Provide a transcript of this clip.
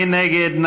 מי נגד?